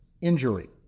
injury